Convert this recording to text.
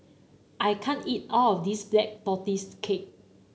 I can't eat all of this Black Tortoise Cake